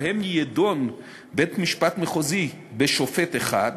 שבהן ידון בית-משפט מחוזי בשופט אחד,